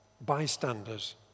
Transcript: bystanders